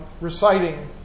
Reciting